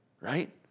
right